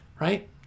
right